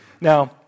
Now